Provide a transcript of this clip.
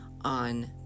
on